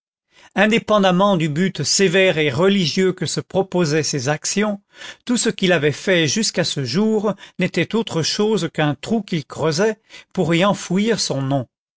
indépendamment du but sévère et religieux que se proposaient ses actions tout ce qu'il avait fait jusqu'à ce jour n'était autre chose qu'un trou qu'il creusait pour y enfouir son nom